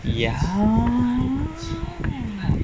ya